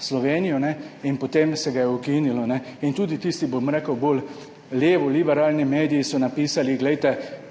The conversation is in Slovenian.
Slovenijo – in potem se ga je ukinilo. Tudi tisti, bom rekel, bolj levoliberalni mediji so napisali: